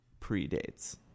predates